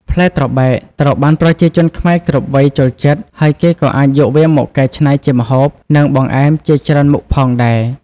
ផ្លែត្របែកត្រូវបានប្រជាជនខ្មែរគ្រប់វ័យចូលចិត្ត ហើយគេក៏អាចយកវាមកកែច្នៃជាម្ហូប និងបង្អែមជាច្រើនមុខផងដែរ។